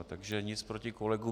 Takže nic proti kolegům.